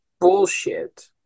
Bullshit